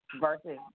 versus